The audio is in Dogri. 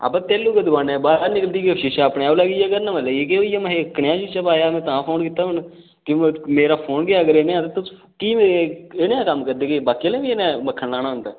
अबा तैह्ल्लूं गै दकानै ऐ बाह् र निकलदे गै शीशा अपने आप लगी जां कह्रना मल एह् केह् होई गेआ महां एह् कनेहा शीशा पाया में तां फोन कीता हून क्युोंकि मेरा फोन गै अगर एह् नेहां ते तुस की कनेहा कम्म करदे केह् बाकी आह्लें बी एह् नेहा मक्खन लाना होंदा